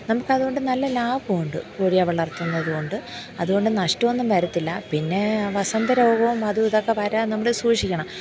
നമുക്ക് അതുകൊണ്ട് നല്ല ലാഭം ഉണ്ട് കോഴിയെ വളർത്തുന്നത് കൊണ്ട് അതുകൊണ്ട് നഷ്ടമൊന്നും വരത്തില്ല പിന്നെ വസന്ത രോഗവും അത ഇതൊക്കെ വരാതെ നമ്മൾ സൂക്ഷിക്കണം